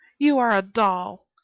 you are a doll!